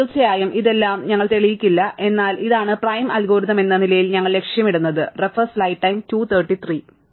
തീർച്ചയായും ഇതെല്ലാം ഞങ്ങൾ തെളിയിക്കില്ല എന്നാൽ ഇതാണ് പ്രൈം അൽഗോരിതം എന്ന നിലയിൽ ഞങ്ങൾ ലക്ഷ്യമിടുന്നത് ശരിയാണ്